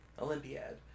olympiad